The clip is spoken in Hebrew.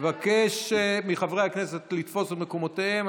מבקש מחברי הכנסת לתפוס את מקומותיהם.